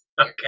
Okay